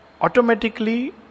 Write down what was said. automatically